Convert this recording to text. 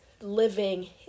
living